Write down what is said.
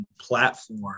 platform